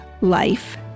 life